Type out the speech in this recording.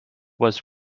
was